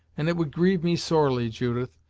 and it would grieve me sorely, judith,